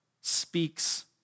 speaks